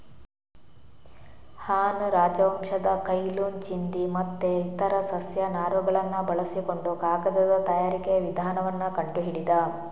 ಹಾನ್ ರಾಜವಂಶದ Cai Lun ಚಿಂದಿ ಮತ್ತೆ ಇತರ ಸಸ್ಯ ನಾರುಗಳನ್ನ ಬಳಸಿಕೊಂಡು ಕಾಗದದ ತಯಾರಿಕೆಯ ವಿಧಾನವನ್ನ ಕಂಡು ಹಿಡಿದ